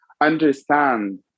understand